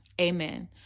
amen